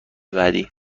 بعدی